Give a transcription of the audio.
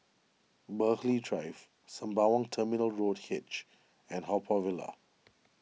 Burghley Drive Sembawang Terminal Road H and Haw Par Villa